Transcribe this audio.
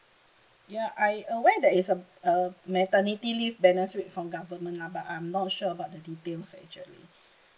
ya I aware there is a uh maternity leave benefits from government lah but I'm not sure about the details actually